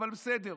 אבל בסדר.